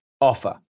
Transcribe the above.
Offer